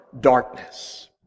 darkness